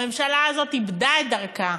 הממשלה הזאת איבדה את דרכה.